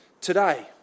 today